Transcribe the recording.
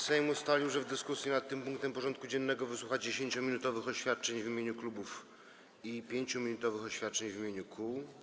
Sejm ustalił, że w dyskusji nad tym punktem porządku dziennego wysłucha 10-minutowych oświadczeń w imieniu klubów i 5-minutowych oświadczeń w imieniu kół.